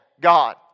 God